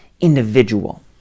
individual